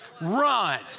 run